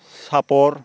सापर